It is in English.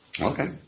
Okay